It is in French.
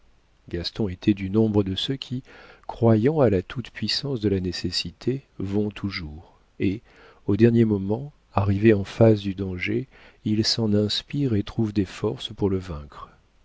gaston était du nombre de ceux qui croyant à la toute-puissance de la nécessité vont toujours et au dernier moment arrivés en face du danger ils s'en inspirent et trouvent des forces pour le vaincre